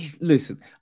listen